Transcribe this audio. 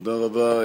תודה רבה.